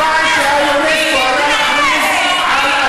מה זה?